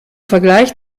vergleich